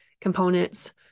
components